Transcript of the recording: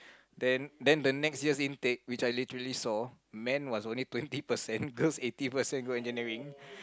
then then the next year's intake which I literally saw men was only twenty percent girls eighty percent go engineering